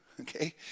okay